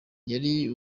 yari